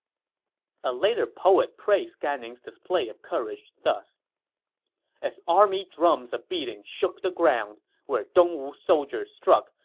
a later poet praised gan ning's display of courage thus as army drums a-beating shook the ground where dongwu soldiers struck,